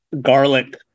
garlic